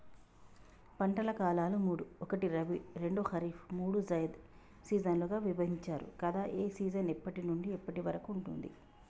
పంటల కాలాలు మూడు ఒకటి రబీ రెండు ఖరీఫ్ మూడు జైద్ సీజన్లుగా విభజించారు కదా ఏ సీజన్ ఎప్పటి నుండి ఎప్పటి వరకు ఉంటుంది?